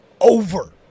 over